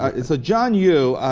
is a john you